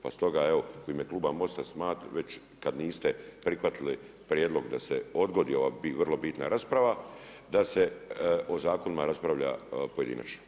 Pa stoga evo u ime Kluba MOST-a, već kada niste prihvatili prijedlog da se odgodi ova vrlo bitna rasprava da se o zakonima raspravlja pojedinačno.